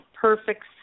perfect